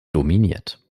dominiert